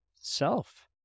self